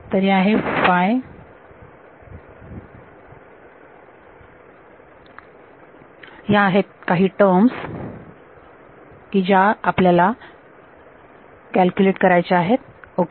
तर हे आहे ह्या आहेत काही टर्म्स की ज्या आपल्याला कॅल्क्युलेट करायच्या आहेत ओके